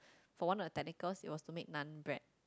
for one of the technicals was to make naan bread